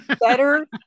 better